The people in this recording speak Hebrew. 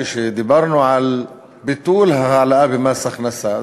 כשדיברנו על ביטול ההעלאה במס הכנסה,